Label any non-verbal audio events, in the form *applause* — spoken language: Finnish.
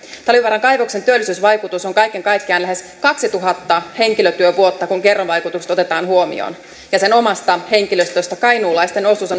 talvivaaran kaivoksen työllisyysvaikutus on kaiken kaikkiaan lähes kaksituhatta henkilötyövuotta kun kerroinvaikutukset otetaan huomioon ja sen omasta henkilöstöstä kainuulaisten osuus *unintelligible*